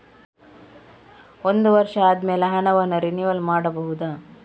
ಒಂದು ವರ್ಷ ಆದಮೇಲೆ ಹಣವನ್ನು ರಿನಿವಲ್ ಮಾಡಬಹುದ?